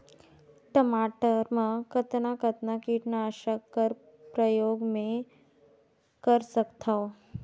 टमाटर म कतना कतना कीटनाशक कर प्रयोग मै कर सकथव?